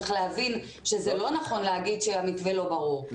צריך להבין שזה לא נכון לומר שהמתווה לא ברור.